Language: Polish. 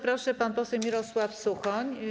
Proszę, pan poseł Mirosław Suchoń.